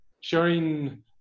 sharing